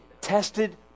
tested